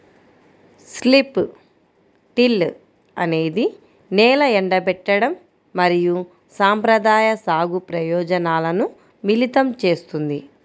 strip till అనేది నేల ఎండబెట్టడం మరియు సంప్రదాయ సాగు ప్రయోజనాలను మిళితం చేస్తుంది